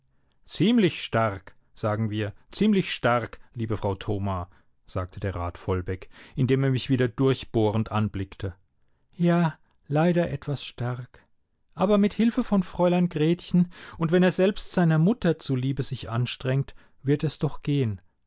ziemlich stark sagen wir ziemlich stark liebe frau thoma sagte der rat vollbeck indem er mich wieder durchbohrend anblickte ja leider etwas stark aber mit hilfe von fräulein gretchen und wenn er selbst seiner mutter zuliebe sich anstrengt wird es doch gehen